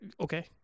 Okay